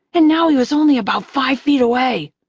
and now he was only about five feet away.